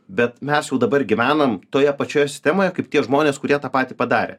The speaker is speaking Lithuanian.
bet mes jau dabar gyvenam toje pačioje sistemoje kaip tie žmonės kurie tą patį padarė